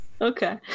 okay